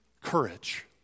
courage